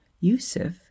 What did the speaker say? yusuf